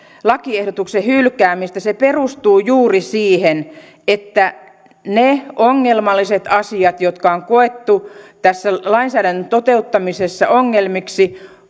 lakiehdotuksen hylkäämistä se perustuu juuri siihen että ne ongelmalliset asiat jotka on koettu tässä lainsäädännön toteuttamisessa ongelmiksi